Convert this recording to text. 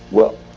well,